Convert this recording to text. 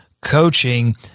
coaching